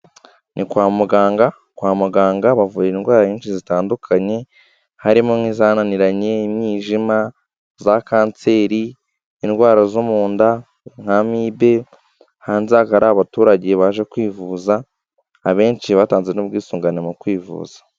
Ni kwa muganga, kwa muganga bavura indwara nyinshi zitandukanye harimo; nk'izanananiranye umwijima, za kanseri, indwara zo mu nda nka amibe hanze hari abaturage baje kwivuza abenshi batanze n'ubwisugane mu kwivuza.